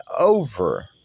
over